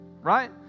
Right